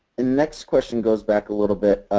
and next question goes back a little bit.